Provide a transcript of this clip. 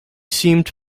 seemed